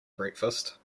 breakfast